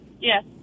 Yes